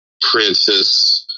princess